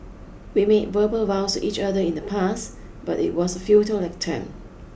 we made verbal vows each other in the past but it was a futile attempt